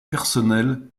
personnelle